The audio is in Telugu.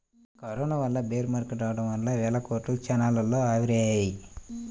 కరోనా వల్ల బేర్ మార్కెట్ రావడం వల్ల వేల కోట్లు క్షణాల్లో ఆవిరయ్యాయి